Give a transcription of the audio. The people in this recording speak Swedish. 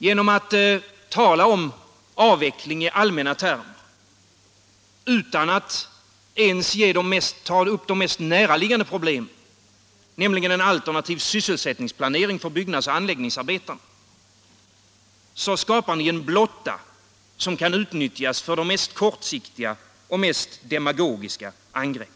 Genom att tala om avveckling i allmänna termer utan att ens ta upp de mest näraliggande problemen, nämligen en alternativ sysselsättningsplanering för byggnadsoch anläggningsarbetare, skapar ni en blotta som kan utnyttjas för de mest kortsiktiga och demagogiska angrepp.